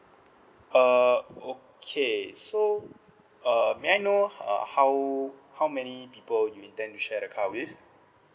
uh okay so uh may I know uh how how many people you intend to share the car with